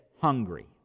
hungry